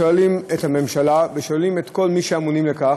שואלים את הממשלה ושואלים את כל מי שאמונים על כך: